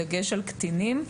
בדגש על קטינים,